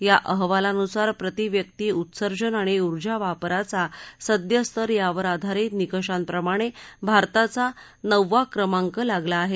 या अहवालानुसार प्रति व्यक्ति उत्सर्जन आणि उर्जा वापराचा सद्यस्तर यावर आधारित निकषांप्रमाणे भारताचा नववा क्रमांक लागला आहे